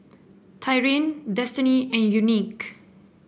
Tyrin Destiney and Unique